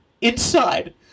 Inside